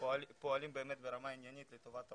פועלים באמת ברמה עניינית לטובת העולים,